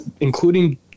including